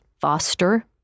Foster